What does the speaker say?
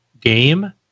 game